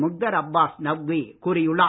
முக்தார் அபாஸ் நக்வி கூறியுள்ளார்